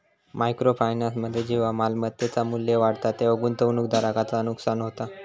micro फायनान्समध्ये जेव्हा मालमत्तेचा मू्ल्य वाढता तेव्हा गुंतवणूकदाराचा नुकसान होता